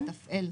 בתוך פסקה (1)?